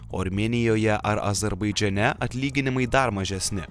o armėnijoje ar azerbaidžane atlyginimai dar mažesni